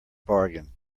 bargain